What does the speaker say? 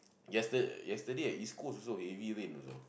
yes it yesterday at East-Coast also heavy rain also